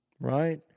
Right